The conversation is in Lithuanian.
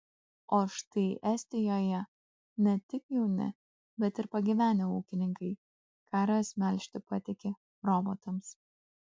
o štai estijoje ne tik jauni bet ir pagyvenę ūkininkai karves melžti patiki robotams